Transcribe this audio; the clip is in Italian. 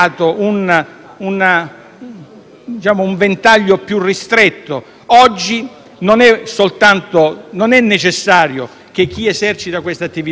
un ventaglio più ristretto: oggi non è necessario che chi esercita questa attività appartenga ad una associazione mafiosa;